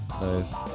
Nice